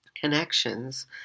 connections